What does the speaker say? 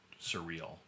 surreal